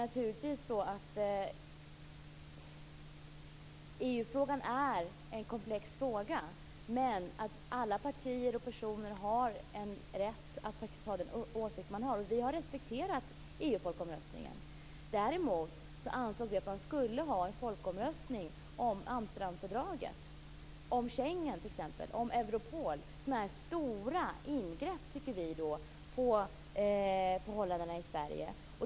EU-frågan är en komplex fråga, men alla partier och personer har rätt att faktiskt ha den åsikt man har. Vi har respekterat EU-folkomröstningen. Däremot ansåg vi att man skulle ha en folkomröstning om Amsterdamfördraget, om Schengen och om Europol som vi tycker är stora ingrepp på förhållandena i Sverige.